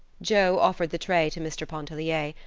joe offered the tray to mr. pontellier,